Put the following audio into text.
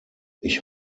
ich